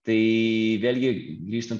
tai vėlgi grįžtant